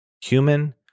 human